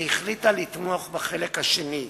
והחליטה לתמוך בחלק השני בלבד.